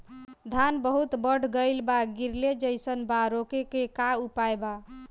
धान बहुत बढ़ गईल बा गिरले जईसन बा रोके क का उपाय बा?